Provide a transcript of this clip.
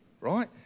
right